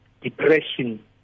Depression